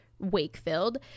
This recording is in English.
Wakefield